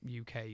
uk